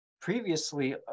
previously